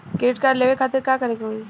Credit card लेवे खातिर का करे के होई?